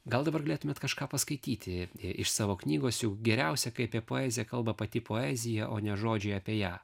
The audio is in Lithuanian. gal dabar galėtumėt kažką paskaityti iš savo knygos juk geriausia kai apie poeziją kalba pati poezija o ne žodžiai apie ją